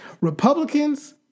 Republicans